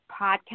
podcast